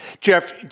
Jeff